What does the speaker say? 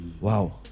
Wow